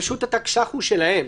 התקש"ח הוא שלהם.